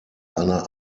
einer